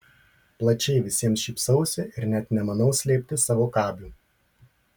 plačiai visiems šypsausi ir net nemanau slėpti savo kabių